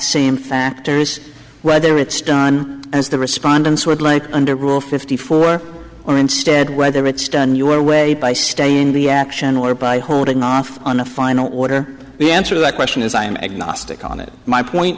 same factors whether it's done as the respondents would like under rule fifty four or instead whether it's done your way by staying the action or by holding off on a final order the answer that question is i